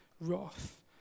wrath